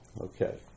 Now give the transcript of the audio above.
okay